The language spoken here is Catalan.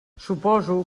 suposo